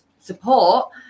support